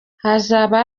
hazaba